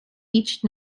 each